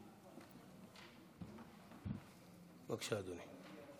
בבקשה, אדוני.